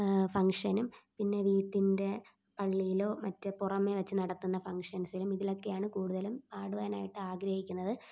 പിന്നെ വീട്ടിൻറ്റെ പള്ളിയിലോ മറ്റു പുറമെ വെച്ച് നടത്തുന്ന ഫങ്ങ്ഷൻസിലും ഇതിലൊക്കെയാണ് കൂടുതലും പാടുവനായിട്ട് ആഗ്രഹിക്കുന്നത്